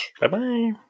Bye-bye